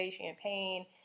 champagne